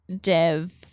Dev